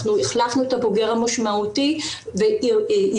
אנחנו החלפנו את הבוגר המשמעותי ועיבינו.